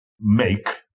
make